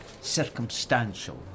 circumstantial